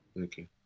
Okay